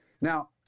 Now